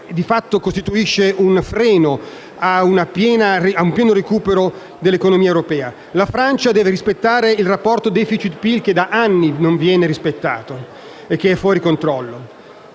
La Francia deve rispettare il rapporto tra *deficit* e PIL, che da anni non viene rispettato ed è fuori controllo.